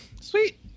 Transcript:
sweet